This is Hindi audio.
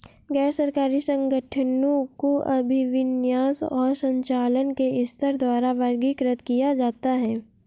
गैर सरकारी संगठनों को अभिविन्यास और संचालन के स्तर द्वारा वर्गीकृत किया जाता है